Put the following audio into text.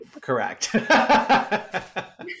correct